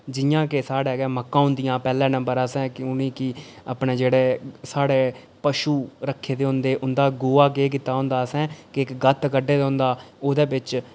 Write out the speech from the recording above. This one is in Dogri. जि'यां कि साढ़े केह् मक्कां होंदियां पैह्ले नंबर असें उ'नेंगी अपने जेह्ड़े साढ़े पशु रक्खे दे होंदे उं'दा गोआ केह् कीते दा होंदा असें केह् इक गत्त कड्डे दा होंदा ओह्दे बिच्च